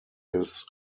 his